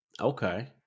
Okay